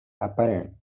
apparent